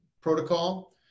protocol